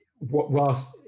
whilst